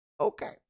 Okay